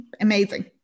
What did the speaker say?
Amazing